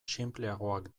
sinpleagoak